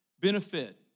benefit